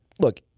Look